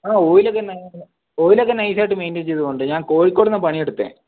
അ ഓയിലൊക്കെ ഓയിലൊക്കെ നൈസായിട്ട് മെയിൻറ്റെയിൻ ചെയ്തു പോണുണ്ട് ഞാൻ കോഴിക്കോടിന്നാണ് പണിയെടുത്തത്